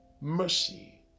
mercy